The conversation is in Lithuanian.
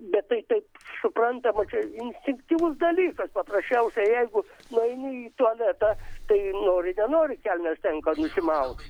bet tai taip suprantama instinktyvus dalykas paprasčiausia jeigu nueini į tualetą tai nori nenori kelnes tenka nusimaut